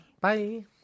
Bye